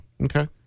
Okay